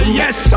yes